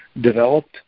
developed